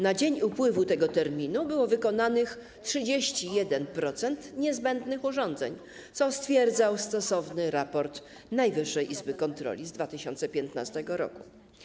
Na dzień upływu tego terminu było wykonanych 31% niezbędnych urządzeń, co stwierdzał stosowny raport Najwyższej Izby Kontroli z 2015 r.